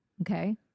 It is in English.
Okay